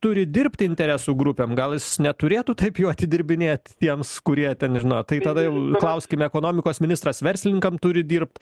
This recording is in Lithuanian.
turi dirbti interesų grupėm gal jis neturėtų taip jo atidirbinėti tiems kurie ten nežino tai tada jau klauskime ekonomikos ministras verslininkam turi dirbt